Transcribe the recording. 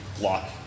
lock